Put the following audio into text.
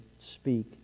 Speak